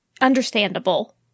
understandable